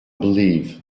believe